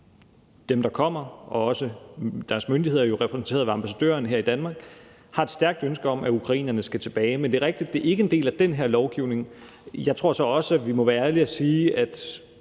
dem, der kommer hertil, og også deres myndigheder, jo repræsenteret af ambassadøren her i Danmark, har et stærkt ønske om, at de skal tilbage. Men det er rigtigt, at det ikke er en del af den her lovgivning. Jeg tror så også, at vi må være ærlige og sige, at